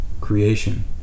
creation